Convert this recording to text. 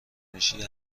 میشی